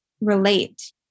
relate